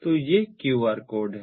तो ये QR code हैं